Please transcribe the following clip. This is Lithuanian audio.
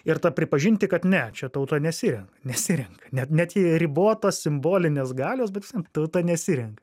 ir ta pripažinti kad ne čia tauta nesirenka nesirenka net net jei ribotos simbolinės galios bet vis vien tauta nesirenka